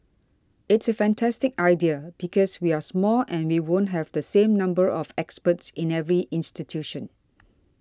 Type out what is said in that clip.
it's a fantastic idea because we're small and we won't have the same number of experts in every institution